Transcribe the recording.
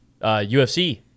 UFC